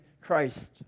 Christ